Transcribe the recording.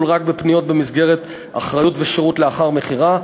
רק בפניות במסגרת אחריות ושירות לאחר מכירה,